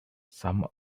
some